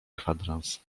kwadrans